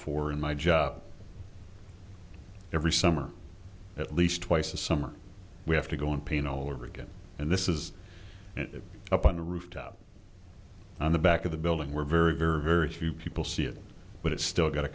for in my job every summer at least twice a summer we have to go in pain all over again and this is up on the rooftop on the back of the building where very very very few people see it but it's still go